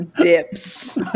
dips